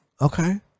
Okay